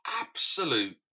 absolute